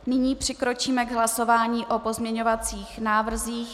Nyní přikročíme k hlasování o pozměňovacích návrzích.